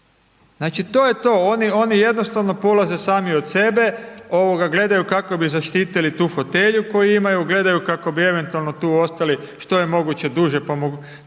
Znači, to je to oni jednostavno polaze sami od sebe, ovoga gledaju kako bi zaštitili tu fotelju koju imaju, gledaju kako bi eventualno tu ostali što je moguće duže, da mogu